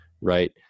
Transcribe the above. Right